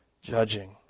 judging